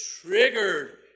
Triggered